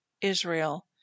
Israel